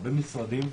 הרבה משרדים,